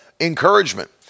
encouragement